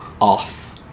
off